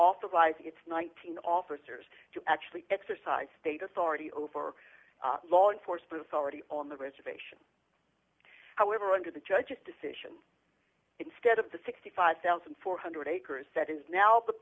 authorized its nine thousand officers to actually exercise state authority over law enforcement authority on the reservation however under the judge's decision instead of the sixty five thousand four hundred acres that is now the